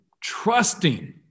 trusting